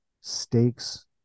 stakes